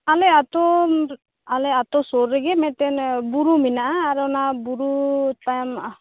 ᱟᱞᱮ ᱟᱛᱳ ᱟᱞᱮ ᱟᱛᱳ ᱥᱩᱨ ᱨᱮᱜᱮ ᱢᱤᱫᱴᱮᱱ ᱵᱩᱨᱩ ᱢᱮᱱᱟᱜ ᱟ ᱟᱨ ᱚᱱᱟ ᱵᱩᱨᱩ ᱛᱟᱭᱚᱢ